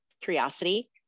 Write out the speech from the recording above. curiosity